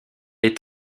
est